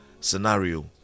scenario